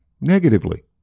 negatively